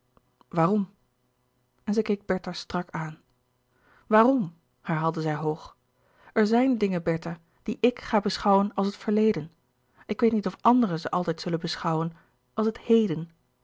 waarom en zij keek bertha strak aan waarom herhaalde zij hoog er zijn dingen bertha die i k ga beschouwen als het verleden ik weet niet of anderen ze altijd zullen beschouwen als het heden